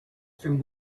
from